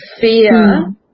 fear